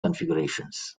configurations